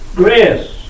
grace